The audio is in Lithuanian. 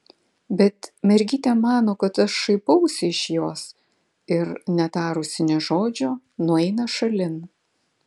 bet mergytė mano kad aš šaipausi iš jos ir netarusi nė žodžio nueina šalin